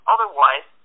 Otherwise